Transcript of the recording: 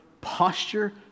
posture